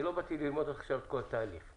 אני לא באתי ללמוד עכשיו את כל התהליך.